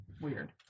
Weird